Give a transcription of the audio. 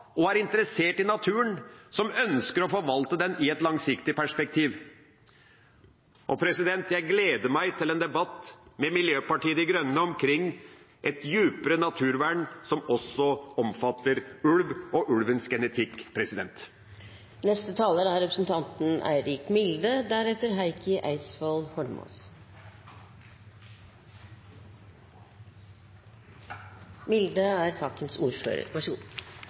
og er interessert i naturen, som ønsker å forvalte den i et langsiktig perspektiv. Jeg gleder meg til en debatt med Miljøpartiet De Grønne om et djupere naturvern som også omfatter ulv og ulvens genetikk. Det nærmer seg slutten av debatten, så